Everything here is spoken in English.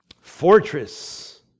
fortress